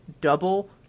double